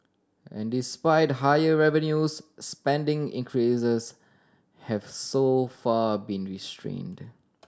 and despite higher revenues spending increases have so far been restrained